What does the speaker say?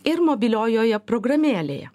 ir mobiliojoje programėlėje